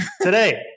today